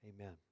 amen